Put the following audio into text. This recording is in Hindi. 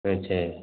अच्छा